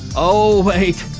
oh wait,